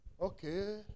Okay